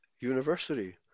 University